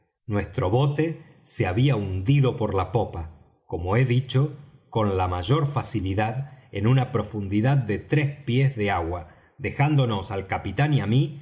nuestro bote se había hundido por la popa como he dicho con la mayor facilidad en una profundidad de tres pies de agua dejándonos al capitán y á mí